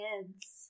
kids